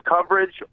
coverage